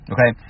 Okay